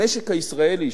המשק הישראלי,